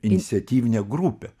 iniciatyvinę grupę